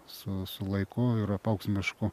su su laiku ir apaugs mišku